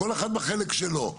כל אחד בחלק שלו,